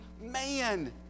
man